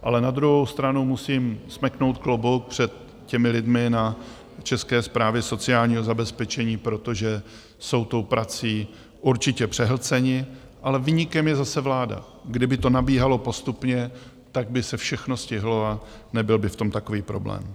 Ale na druhou stranu musím smeknout klobouk před těmi lidmi na České správě sociálního zabezpečení, protože jsou tou prací určitě přehlceni, ale viníkem je zase vláda kdyby to nabíhalo postupně, tak by se všechno stihlo a nebyl by v tom takový problém.